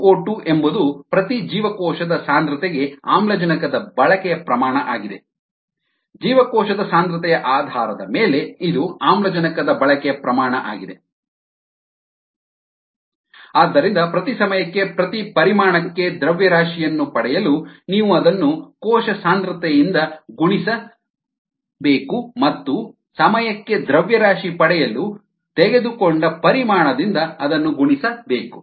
qO2 ಎಂಬುದು ಪ್ರತಿ ಜೀವಕೋಶದ ಸಾಂದ್ರತೆಗೆ ಆಮ್ಲಜನಕದ ಬಳಕೆಯ ಪ್ರಮಾಣ ಆಗಿದೆ ಜೀವಕೋಶದ ಸಾಂದ್ರತೆಯ ಆಧಾರದ ಮೇಲೆ ಇದು ಆಮ್ಲಜನಕದ ಬಳಕೆಯ ಪ್ರಮಾಣ ಆಗಿದೆ ಆದ್ದರಿಂದ ಪ್ರತಿ ಸಮಯಕ್ಕೆ ಪ್ರತಿ ಪರಿಮಾಣಕ್ಕೆ ದ್ರವ್ಯರಾಶಿಯನ್ನು ಪಡೆಯಲು ನೀವು ಅದನ್ನು ಕೋಶ ಸಾಂದ್ರತೆಯಿಂದ ಗುಣಿಸಬೇಕು ಮತ್ತು ಸಮಯಕ್ಕೆ ದ್ರವ್ಯರಾಶಿ ಪಡೆಯಲು ತೆಗೆದುಕೊಂಡ ಪರಿಮಾಣದಿಂದ ಅದನ್ನು ಗುಣಿಸಬೇಕು